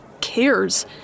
cares